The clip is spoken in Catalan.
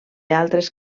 altres